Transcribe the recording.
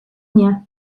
nie